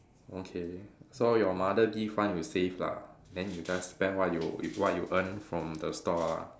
okay so your mother give fund you save lah then you just spend what you what you earn from the store ah